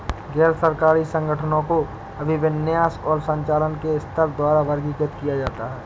गैर सरकारी संगठनों को अभिविन्यास और संचालन के स्तर द्वारा वर्गीकृत किया जाता है